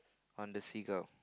on the seagull